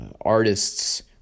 artists